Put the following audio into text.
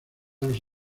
los